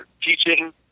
teaching